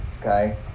okay